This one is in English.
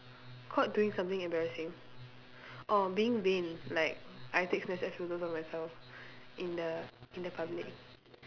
caught doing something embarrassing orh being vain like I take Snapchat photos of myself in the in the public